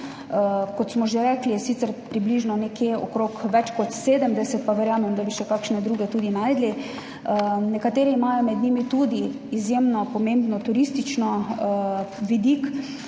Kot smo že rekli, je sicer približno nekje okrog več kot 70, pa verjamem, da bi še kakšne druge tudi našli. Nekateri imajo med njimi tudi izjemno pomembno turistični vidik.